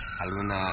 alguna